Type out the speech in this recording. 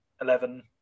eleven